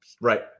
Right